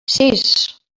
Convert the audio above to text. sis